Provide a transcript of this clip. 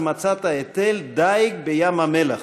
אז מצאת היטל דיג בים-המלח.